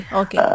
okay